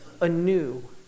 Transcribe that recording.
anew